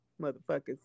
motherfuckers